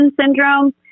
syndrome